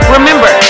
Remember